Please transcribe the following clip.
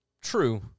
True